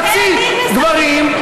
חצי גברים,